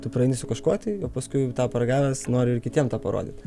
tu praeini su kažkuo tai o paskui jau tą paragavęs nori ir kitiem tą parodyt